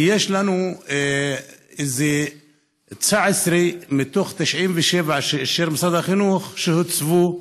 כי יש לנו 19 מתוך 97 שאישר משרד החינוך שהוצבו,